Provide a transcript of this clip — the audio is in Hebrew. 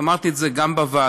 ואמרתי את זה בוועדה: